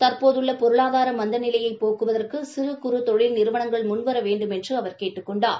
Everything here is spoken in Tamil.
தற்போதுள்ள பொருளாதார மந்த நிலையை போக்குவரதற்கு சிறு குறு தொழில் நிறுவனங்கள் முன்வர வேண்டுமென்று அவர் கேட்டுக் கொண்டார்